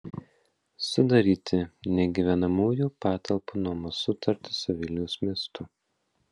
sudaryti negyvenamųjų patalpų nuomos sutartį su vilniaus miestu